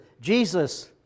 Jesus